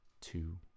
two